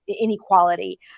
inequality